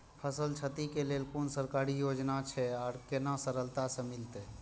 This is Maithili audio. फसल छति के लेल कुन सरकारी योजना छै आर केना सरलता से मिलते?